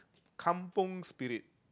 kampung Spirit